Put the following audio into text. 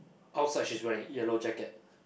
outside she's wearing yellow jacket